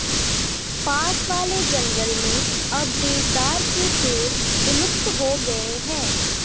पास वाले जंगल में अब देवदार के पेड़ विलुप्त हो गए हैं